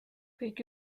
kõik